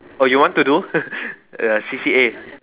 oh you want to do C_C_A